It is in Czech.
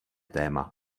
téma